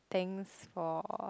thanks for